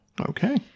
Okay